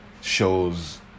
shows